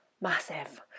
massive